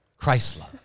chrysler